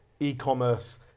e-commerce